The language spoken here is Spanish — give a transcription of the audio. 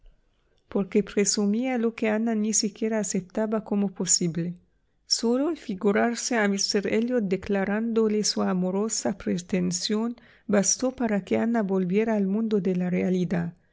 porque presumía lo que ana ni siquiera aceptaba como posible sólo el figurarse a míster elliot declarándole su amorosa pretensión bastó para que ana volviera al mundo de la realidad